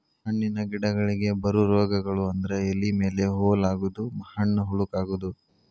ಹಣ್ಣಿನ ಗಿಡಗಳಿಗೆ ಬರು ರೋಗಗಳು ಅಂದ್ರ ಎಲಿ ಮೇಲೆ ಹೋಲ ಆಗುದು, ಹಣ್ಣ ಹುಳಕ ಅಗುದು